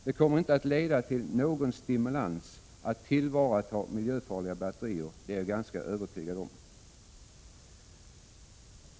Det kommer inte att leda till någon stimulans att tillvarata miljöfarliga batterier, det är jag ganska övertygad om.